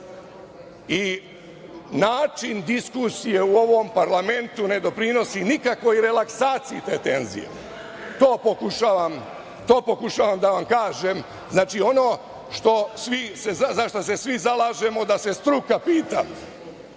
i način diskusije u ovom parlamentu ne doprinosi nikakvoj relaksaciji te tenzije. To pokušavam da vam kažem. Znači ono za šta se svi zalažemo da se struka pita.